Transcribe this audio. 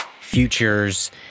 futures